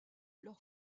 leurs